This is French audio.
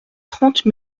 trente